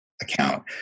account